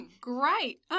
Great